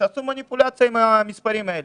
שעשו מניפולציה עם המספרים האלה.